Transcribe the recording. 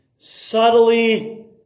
subtly